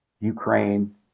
ukraine